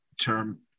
term